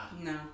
no